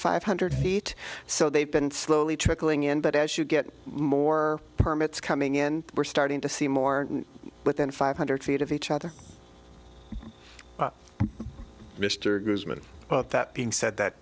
five hundred feet so they've been slowly trickling in but as you get more permits coming in we're starting to see more than five hundred feet of each other mr goodman but that being said that